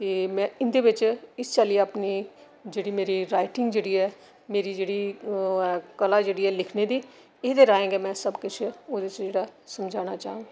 ते में इंदे बिच इस चाल्ली अपनी जेह्ड़ी मेरी राइटिंग जेह्ड़ी ऐ मेरी जेह्ड़ी ओह् ऐ कला जेह्ड़ी ऐ लिखने दी ऐह्दे राहें गै में सब किश ओह्दे च जेह्ड़ा समझाना चाह्ङ